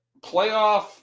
playoff